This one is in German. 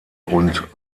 und